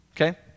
Okay